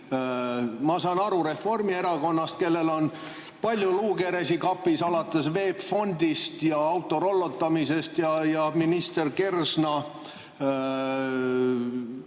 Ma saan aru Reformierakonnast, kellel on palju luukeresid kapis, alates VEB Fondist ja autorollotamisest ja minister Kersna